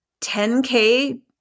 10k